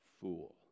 fool